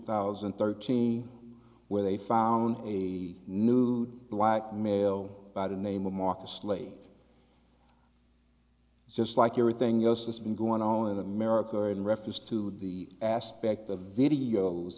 thousand and thirteen where they found a new black male by the name of marcus lay just like everything else has been going on in america in reference to the aspect of videos